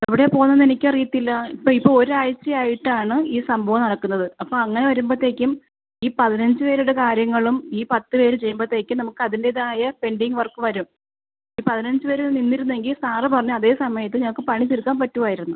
എവിടെയാണ് പോവുന്നത് എന്ന് എനിക്ക് അറിയില്ല ഇപ്പോൾ ഇപ്പോൾ ഒരാഴ്ചയായിട്ടാണ് ഈ സംഭവം നടക്കുന്നത് അപ്പോൾ അങ്ങനെ വരുമ്പോഴത്തേക്കും ഈ പതിനഞ്ച് പേരുടെ കാര്യങ്ങളും ഈ പത്ത് പേർ ചെയ്യുമ്പോഴത്തേക്ക് നമുക്ക് അതിൻറേതായ പെൻഡിങ്ങ് വർക്ക് വരും പതിനഞ്ച് പേർ നിന്നിരുന്നെങ്കിൾ സാർ പറഞ്ഞ അതേ സമയത്ത് ഞങ്ങൾക്ക് പണി തീർക്കാൻ പറ്റുമായിരുന്നു